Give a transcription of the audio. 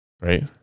right